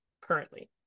currently